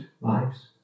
lives